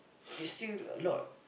is still a lot